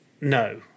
No